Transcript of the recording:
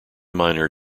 minor